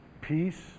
peace